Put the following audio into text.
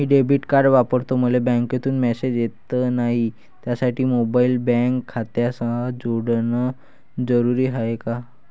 मी debit card वापरतो मले बँकेतून मॅसेज येत नाही, त्यासाठी मोबाईल बँक खात्यासंग जोडनं जरुरी हाय का?